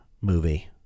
movie